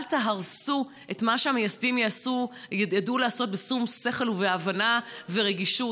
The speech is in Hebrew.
אל תהרסו את מה שהמייסדים ידעו לעשות בשום שכל ובהבנה ורגישות,